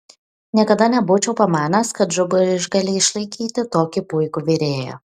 niekada nebūčiau pamanęs kad džuba išgali laikyti tokį puikų virėją